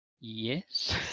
Yes